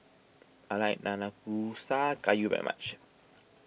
I like Nanakusa Gayu very much